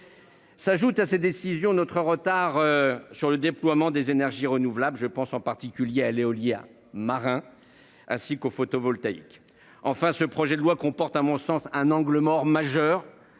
S'ajoute à ces décisions notre retard sur le déploiement des énergies renouvelables, en particulier en matière d'éolien marin et de photovoltaïque. Enfin, le projet de loi comporte à mon sens un angle mort majeur